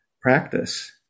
practice